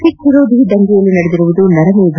ಸಿಖ್ ವಿರೋಧಿ ದಂಗೆಯಲ್ಲಿ ನಡೆದಿರುವುದು ನರಮೇಧ